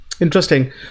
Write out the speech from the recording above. Interesting